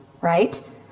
right